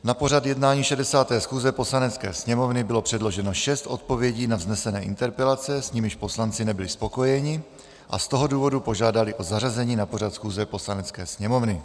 Na pořad jednání 60. schůze Poslanecké sněmovny bylo předloženo šest odpovědí na vznesené interpelace, s nimiž poslanci nebyli spokojeni, a z toho důvodu požádali o zařazení na pořad schůze Poslanecké sněmovny.